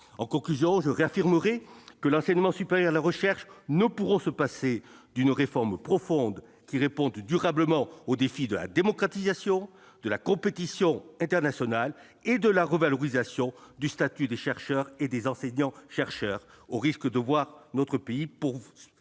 En conclusion, je voudrais réaffirmer que l'enseignement supérieur et la recherche ne pourront se passer d'une réforme profonde qui réponde durablement au défi de la démocratisation, de la compétition internationale et de la revalorisation du statut des chercheurs et des enseignants-chercheurs, au risque de voir notre pays poursuivre